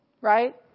Right